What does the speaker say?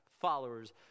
followers